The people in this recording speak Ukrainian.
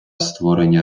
створення